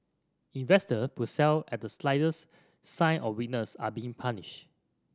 investor who sell at the slightest sign of weakness are being punished